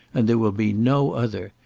and there will be no other.